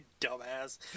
dumbass